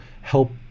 help